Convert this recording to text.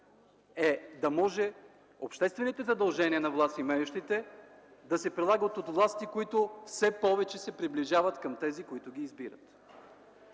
харта е обществените задължения на властимащите да се прилагат от власти, които все повече се приближават към тези, които ги избират.